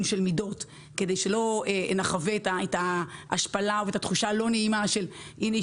של מידות כדי שלא נחווה את ההשפלה והתחושה הלא נעימה של: "הנה,